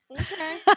Okay